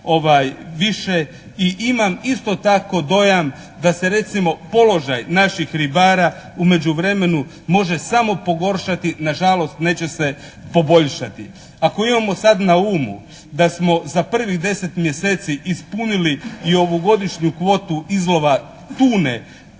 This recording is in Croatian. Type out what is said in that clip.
I imam isto tako dojam da se recimo položaj naših ribara u međuvremenu može samo pogoršati, nažalost neće se poboljšati. Ako imamo sad na umu da smo za prvi deset mjeseci ispunili i ovogodišnju kvotu izlova tune